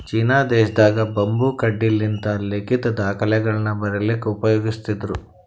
China ದೇಶದಾಗ್ bamboo ಕಡ್ಡಿಲಿಂತ್ ಲಿಖಿತ್ ದಾಖಲೆಗಳನ್ನ ಬರಿಲಿಕ್ಕ್ ಉಪಯೋಗಸ್ತಿದ್ರು